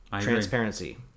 Transparency